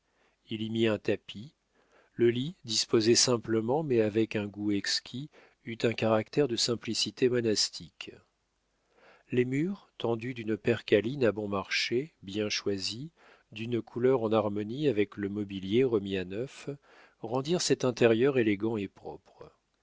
il y mit un tapis le lit disposé simplement mais avec un goût exquis eut un caractère de simplicité monastique les murs tendus d'une percaline à bon marché bien choisie d'une couleur en harmonie avec le mobilier remis à neuf rendirent cet intérieur élégant et propre